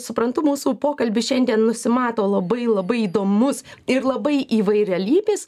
suprantu mūsų pokalbis šiandien nusimato labai labai įdomus ir labai įvairialypis